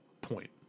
point